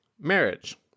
marriage